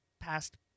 past